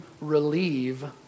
relieve